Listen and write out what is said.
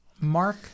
Mark